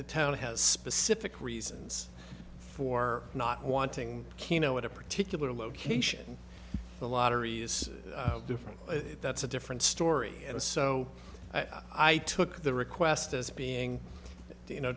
the town has specific reasons for not wanting kino at a particular location the lottery is different that's a different story and so i took the request as being you know